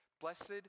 blessed